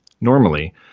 Normally